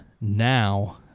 now